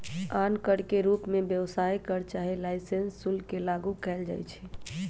आन कर के रूप में व्यवसाय कर चाहे लाइसेंस शुल्क के लागू कएल जाइछै